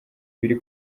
ibiri